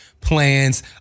plans